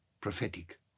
prophetic